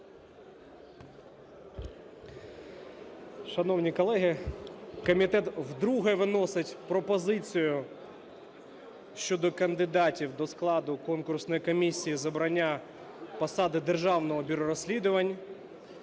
Шановні колеги, комітет вдруге виносить пропозицію щодо кандидатів до складу конкурсної комісії з обрання посади Державного бюро розслідувань.